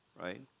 right